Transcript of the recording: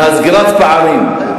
סגירת פערים.